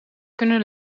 kunnen